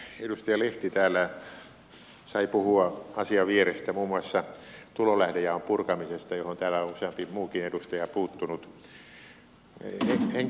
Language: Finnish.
edustaja lehti täällä sai puhua asian vierestä muun muassa tulolähdejaon purkamisesta johon täällä on useampi muukin edustaja puuttunut